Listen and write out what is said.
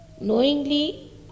knowingly